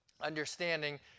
understanding